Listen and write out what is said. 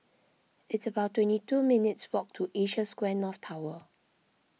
it's about twenty two minutes' walk to Asia Square North Tower